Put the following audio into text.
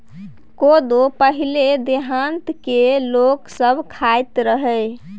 कोदो पहिले देहात केर लोक सब खाइत रहय